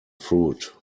fruit